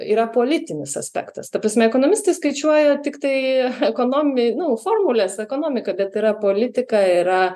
yra politinis aspektas ta prasme ekonomistai skaičiuoja tiktai ekonomi nu formulės ekonomika bet yra politika yra